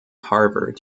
harvard